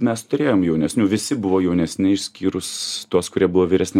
mes turėjom jaunesnių visi buvo jaunesni išskyrus tuos kurie buvo vyresni